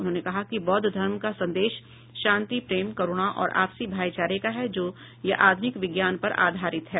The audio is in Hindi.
उन्होंने कहा कि बौद्ध धर्म का संदेश शांति प्रेम करुणा और आपसी भाईचारे का है जो यह आध्रनिक विज्ञान पर आधारित है